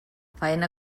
faena